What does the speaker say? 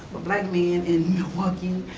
a black man in milwaukee,